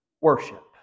worship